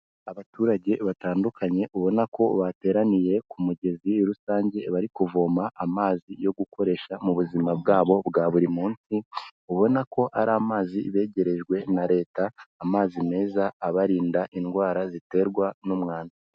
Abaturage batandukanye, ubona ko bateraniye ku mugezi rusange, bari kuvoma amazi yo gukoresha mu buzima bwabo bwa buri munsi, ubona ko ari amazi begerejwe na leta, amazi meza abarinda indwara ziterwa n'umwanda.